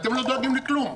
אתם לא דואגים לכלום.